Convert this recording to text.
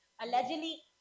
Allegedly